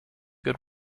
good